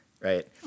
right